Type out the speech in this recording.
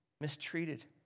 mistreated